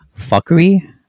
fuckery